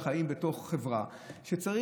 חיים בתוך חברה, צריך.